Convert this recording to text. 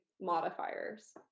modifiers